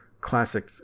classic